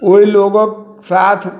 ओहि लोगके साथ